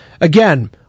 Again